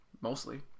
mostly